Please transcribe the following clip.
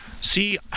See